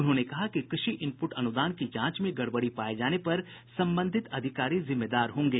उन्होंने कहा कि कृषि इनपुट अनुदान की जांच में गड़बड़ी पाये जाने पर संबंधित अधिकारी जिम्मेदार होंगे